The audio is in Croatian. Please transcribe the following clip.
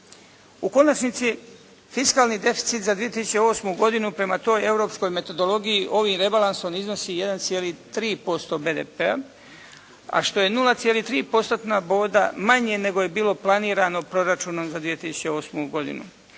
U konačnici fiskalni deficit za 2008. godinu prema toj europskoj metodologiji ovim rebalansom iznosi 1,3% BDP-a, a što je 0,3 postotna boda manje nego je bilo planirano proračunom za 2008. godinu.